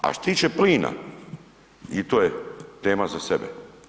A što se tiče plina, i to je tema za sebe.